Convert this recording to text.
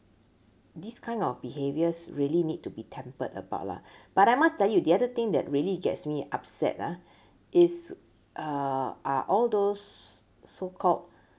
this kind of behaviors really need to be tempered about lah but I must tell you the other thing that really gets me upset ah is uh are all those so called